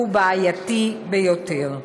הוא בעייתי ביותר.